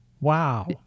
Wow